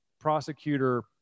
prosecutor